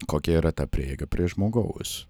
kokia yra ta prieiga prie žmogaus